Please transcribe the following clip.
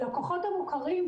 הלקוחות המוכרים,